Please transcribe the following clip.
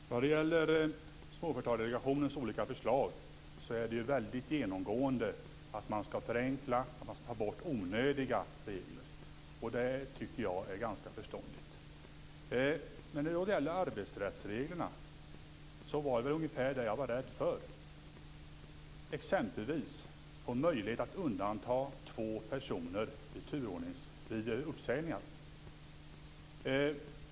Fru talman! Vad gäller Småföretagardelegationens olika förslag handlar de genomgående om att man skall förenkla och ta bort onödiga regler. Det tycker jag är ganska förståndigt. Men när det gäller arbetsrättsreglerna säger Mikael Oscarsson ungefär det jag var rädd för, nämligen att man vill få en möjlighet att undanta två personer från turordningsreglerna vid uppsägning.